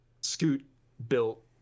scoot-built